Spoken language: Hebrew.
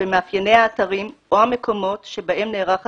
במאפייני האתרים או המקומות שבהם נערך הסיור,